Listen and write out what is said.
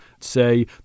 say